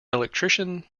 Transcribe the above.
electrician